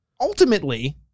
ultimately